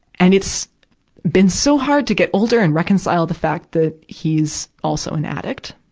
and it's been so hard to get older and reconcile the fact that he's also an addict,